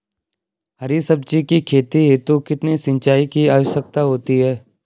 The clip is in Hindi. हरी सब्जी की खेती हेतु कितने सिंचाई की आवश्यकता होती है?